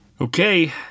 Okay